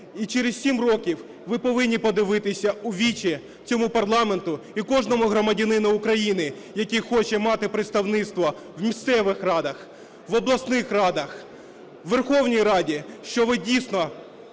і через 7 років ви повинні подивитися у вічі цьому парламенту і кожному громадянину України, який хоче мати представництво в місцевих радах, в обласних радах, в Верховній Раді, що ви, дійсно,